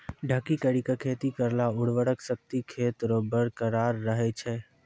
ढकी करी के खेती करला उर्वरा शक्ति खेत रो बरकरार रहे छै